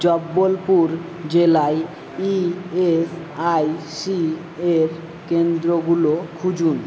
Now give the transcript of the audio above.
জব্বলপুর জেলায় E S I C এর কেন্দ্রগুলো খুঁজুন